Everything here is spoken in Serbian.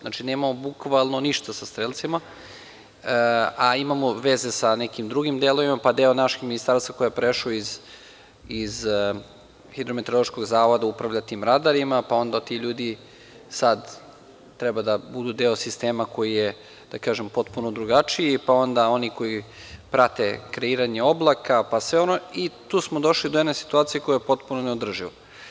Znači, nemamo bukvalno ništa sa strelcima, ali imamo veze sa nekim drugim delovima, pa deo našeg Ministarstva koji je prešao iz RHMZ upravlja tim radarima, pa onda ti ljudi sada treba da budu deo sistema koji je potpuno drugačiji, pa onda oni koji prate kreiranje oblaka, pa sve ono i tu smo došli do jedne situacije koja je potpuno neodrživa.